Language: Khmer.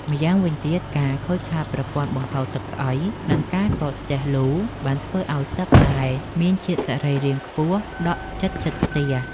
ម្យ៉ាងវិញទៀត ការខូចខាតប្រព័ន្ធបង្ហូរទឹកស្អុយ និងការកកស្ទះលូ បានធ្វើឱ្យទឹកដែលមានជាតិសរីរាង្គខ្ពស់ដក់ជិតៗផ្ទះ។